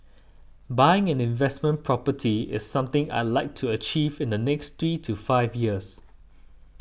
buying an investment property is something I'd like to achieve in the next three to five years